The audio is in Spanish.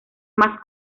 más